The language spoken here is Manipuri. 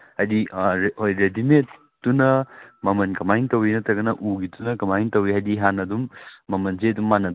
ꯑꯣ ꯍꯥꯏꯗꯤ ꯇꯤꯛꯁꯤꯅ ꯍꯥꯏꯗꯤ ꯈꯔ ꯃꯁꯥꯁꯤ ꯈꯔ ꯅꯥꯟꯕ ꯂꯩꯍꯥꯎꯗꯒꯤ ꯀꯩ ꯀꯩ ꯈꯔ ꯀꯃꯥꯏ ꯇꯧꯋꯤ ꯀꯃꯥꯏ ꯀꯃꯥꯏꯅ ꯇꯧꯕꯒꯦ ꯃꯃꯟꯁꯦ ꯃꯥꯅ ꯈꯔ ꯇꯥꯡꯂꯤꯁꯦ